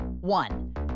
One